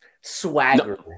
swagger